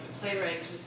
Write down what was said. playwrights